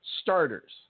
starters